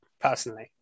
Personally